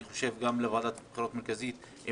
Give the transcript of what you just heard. אני חושב שגם אם נטיל על ועדת הבחירות המרכזית 83,